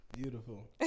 Beautiful